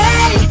Hey